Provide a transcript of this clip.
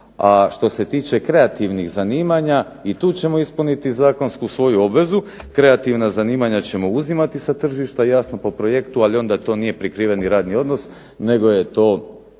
što se tiče kreativnih zanimanja i tu ćemo ispuniti zakonsku svoju obvezu. Kreativna zanimanja ćemo uzimati sa tržišta jasno po projektu, ali onda to nije prikriveni radni odnos nego je to